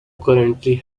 currently